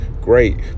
Great